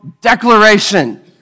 declaration